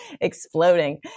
exploding